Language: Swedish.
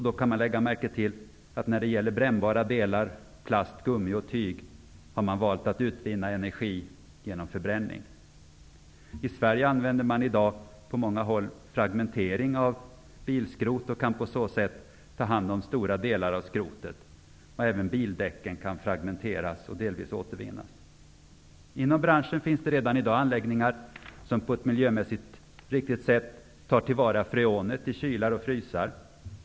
Då kan man lägga märke till att när det gäller brännbara delar, plast, gummi och tyg, har man valt att utvinna energin genom förbränning. I Sverige använder man sig i dag på många håll av fragmentering av bilskrot och kan på så sätt ta hand om stora delar av skrotet. Även bildäck kan fragmenteras och delvis återvinnas. Inom branschen finns det redan i dag anläggningar som på ett miljömässigt riktigt sätt tar till vara freonet i kylar och frysar.